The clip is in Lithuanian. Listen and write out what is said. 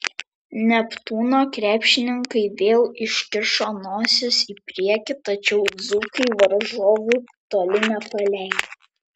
neptūno krepšininkai vėl iškišo nosis į priekį tačiau dzūkai varžovų toli nepaleido